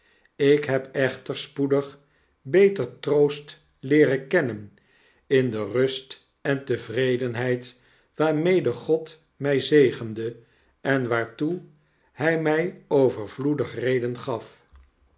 ik heb echter spoedig beter troost leeren kennen in de rust en tevredenheid waarmede god mij zegende en waartoe hg mg overvloedig reden gaf